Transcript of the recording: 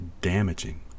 damaging